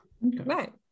right